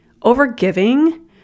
Overgiving